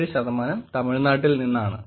57 ശതമാനം തമിഴ്നാട്ടിൽ നിന്നാണ്